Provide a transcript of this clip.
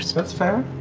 so that's fair.